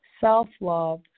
self-love